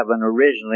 originally